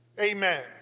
Amen